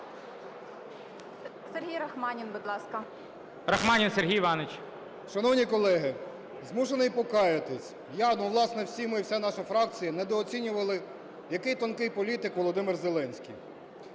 Сергій Рахманін, будь ласка. ГОЛОВУЮЧИЙ. Рахманін Сергій Іванович. 14:19:00 РАХМАНІН С.І. Шановні колеги, змушений покаятись я, ну, власне, всі ми, вся наша фракція недооцінювали, який тонкий політик Володимир Зеленський.